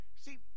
See